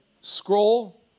scroll